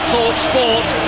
TalkSport